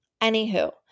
Anywho